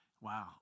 Wow